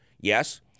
Yes